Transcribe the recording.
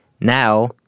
Now